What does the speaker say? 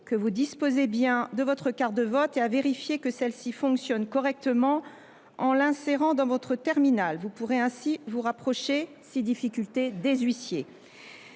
que vous disposez bien de votre carte de vote et à vérifier que celle ci fonctionne correctement en l’insérant dans votre terminal de vote. En cas de difficulté, les huissiers